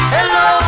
Hello